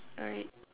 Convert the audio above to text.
alright